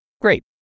Great